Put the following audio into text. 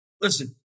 listen